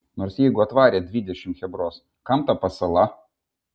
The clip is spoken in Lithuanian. nors jeigu atvarė dvidešimt chebros kam ta pasala